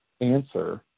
answer